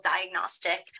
diagnostic